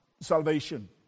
salvation